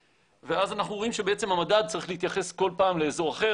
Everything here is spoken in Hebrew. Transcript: ואז אנחנו אומרים שהמדד צריך להתייחס כל פעם לאזור אחר.